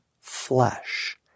flesh